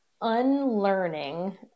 unlearning